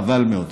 חבל מאוד.